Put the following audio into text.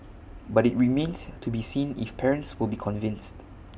but IT remains to be seen if parents will be convinced